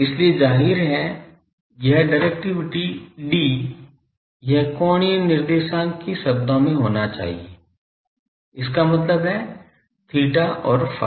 इसलिए जाहिर है यह डायरेक्टिविटी D यह कोणीय निर्देशांक के शब्दों में होना चाहिए इसका मतलब है theta और phi